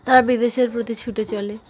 তারা বিদেশের প্রতি ছুটে চলে